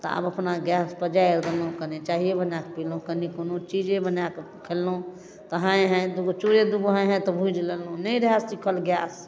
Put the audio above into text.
तऽ आब अपना गैस पजारि देलहुँ कनि चाइए बनाकऽ पिलहुँ कनि कोनो चीजे बनाकऽ खेलहुँ तऽ हाँय हाँय दुइगो चूरे दुइगो हाँय हाँय तऽ भुजि लेलहुँ नहि रहै सिखल गैस